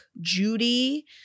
Judy